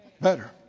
Better